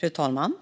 Fru talman!